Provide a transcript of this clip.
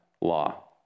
law